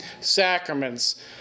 sacraments